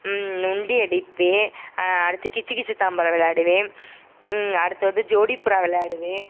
நொண்டி அடிப்பேன் அடுத்தது கிச்சி கிச்சி தாம்பாழாம் விளாடுவேன் அடுத்து வந்து ஜோடிப்புறா விளாடுவேன்